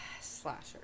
slasher